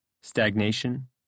Stagnation